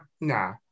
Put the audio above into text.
nah